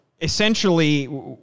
essentially